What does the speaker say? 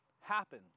happen